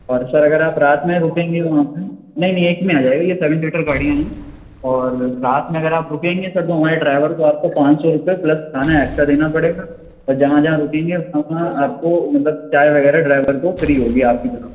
اور سر اگر آپ رات میں رُکیں گے وہاں پہ نہیں نہیں ایک میں آ جائے گا یہ سیون سیٹر گاڑیاں ہیں اور رات میں اگر آپ رُکیں گے سر تو ہمارے ڈرائیور کو آپ کو پانچ سو روپے پلس کھانا ایکسٹرا دینا پڑے گا اور جہاں جہاں رُکیں گے اپنا آپ کو مطلب چائے وغیرہ ڈرائیور کو فری ہوگی آپ کی طرف سے